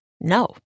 no